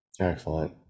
Excellent